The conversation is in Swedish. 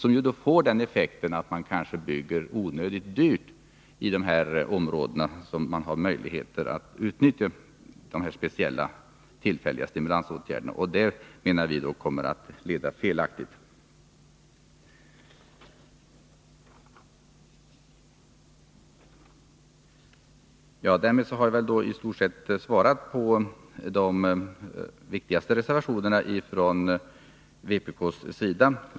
De kan få till effekt att man bygger onödigt dyrt i de områden där man kan utnyttja dessa tillfälliga stimulansåtgärder. Det kommer att leda till felaktiga kostnader i framtiden. Därmed har jag i stort sett kommenterat de viktigaste reservationerna från vpk:ssida.